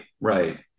right